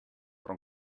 però